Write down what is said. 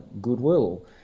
goodwill